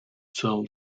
cell